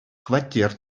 хваттер